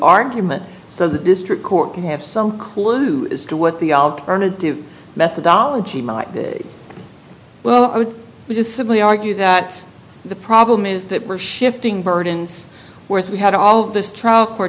argument so the district court can have some clue as to what the alternative methodology might be well i would just simply argue that the problem is that we're shifting burdens whereas we had all of this trial